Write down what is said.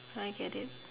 I get it